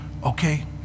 Okay